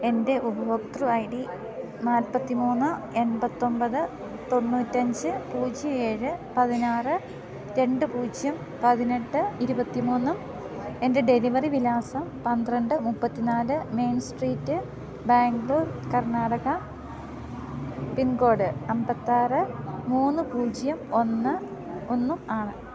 എൻ്റെ ഉപഭോക്തൃ I D നാൽപ്പത്തി മൂന്ന് എൺപത്തി ഒമ്പത് തൊണ്ണൂറ്റി അഞ്ച് പൂജ്യം ഏഴ് പതിനാറ് രണ്ട് പൂജ്യം പതിനെട്ട് ഇരുപത്തി മൂന്നും എൻ്റെ ഡെലിവറി വിലാസം പന്ത്രണ്ട് മുപ്പത്തി നാല് main street Bangalore Karnataka pin code അമ്പത്തി ആറ് മൂന്ന് പൂജ്യം ഒന്ന് ഒന്നും ആണ്